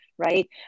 Right